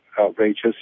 outrageous